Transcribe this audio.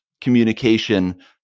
communication